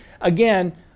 Again